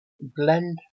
blend